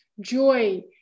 joy